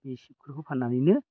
बेफोरखौ फाननानैनो